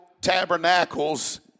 Tabernacles